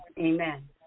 Amen